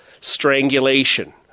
strangulation